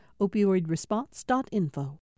Opioidresponse.info